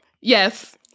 Yes